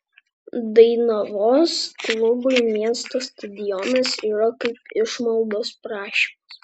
dainavos klubui miesto stadionas yra kaip išmaldos prašymas